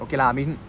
okay ah I mean